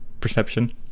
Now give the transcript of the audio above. perception